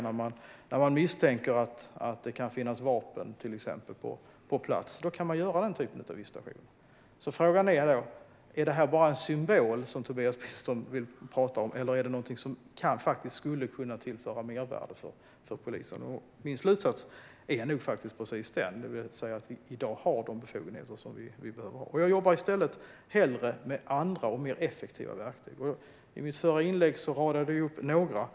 När man misstänker att det till exempel kan finnas vapen kan man göra den typen av visitationer. Frågan är då: Är det bara en symbol som Tobias Billström vill prata om, eller är detta någonting som faktiskt skulle kunna tillföra ett mervärde för polisen? Min slutsats är nog den att vi i dag har de befogenheter som vi behöver ha. Jag jobbar i stället hellre med andra och mer effektiva verktyg. I mitt förra inlägg radade jag upp några av dem.